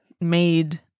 made